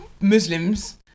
Muslims